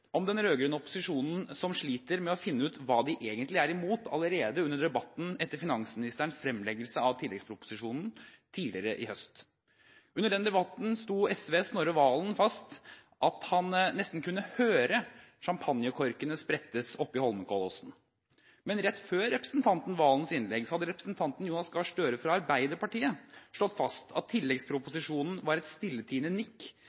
om hvordan den rød-grønne opposisjonen sliter med å finne ut hva den egentlig er imot allerede under debatten etter finansministerens fremleggelse av tilleggsproposisjonen tidligere i høst. Under den debatten slo SVs Snorre Serigstad Valen fast at han nesten kunne høre sjampanjekorkene sprettes oppe i Holmenkollåsen. Men rett før representanten Serigstad Valens innlegg hadde representanten Jonas Gahr Støre fra Arbeiderpartiet slått fast at tilleggsproposisjonen var et stilltiende nikk